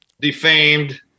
defamed